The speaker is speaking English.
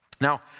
Now